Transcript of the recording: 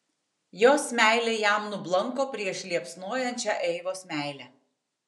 jos meilė jam nublanko prieš liepsnojančią eivos meilę